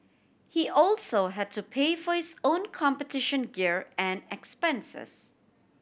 he also had to pay for his own competition gear and expenses